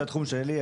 זה התחום שלי,